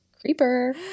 creeper